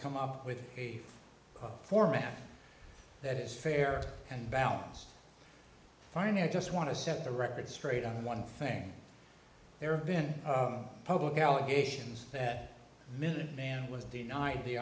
come up with a format that is fair and balanced finally i just want to set the record straight on one thing there have been public allegations that minuteman was denied the